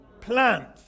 plant